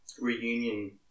reunion